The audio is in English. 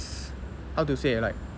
how to say like